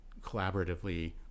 collaboratively